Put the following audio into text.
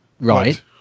right